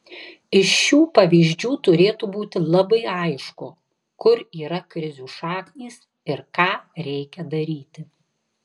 iš šių pavyzdžių turėtų būti labai aišku kur yra krizių šaknys ir ką reikia daryti